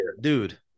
dude